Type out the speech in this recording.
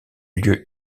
lieu